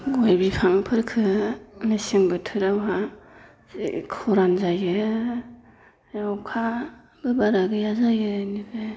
गय बिफांफोरखो मेसें बोथोरावहा खरान जायो अखाबो बारा गैया जायो बेनिखायनो